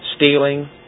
stealing